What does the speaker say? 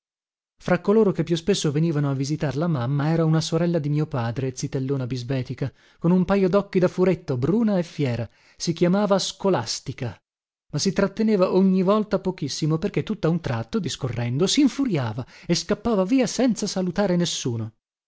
fra coloro che più spesso venivano a visitar la mamma era una sorella di mio padre zitellona bisbetica con un pajo docchi da furetto bruna e fiera si chiamava scolastica ma si tratteneva ogni volta pochissimo perché tutta un tratto discorrendo sinfuriava e scappava via senza salutare nessuno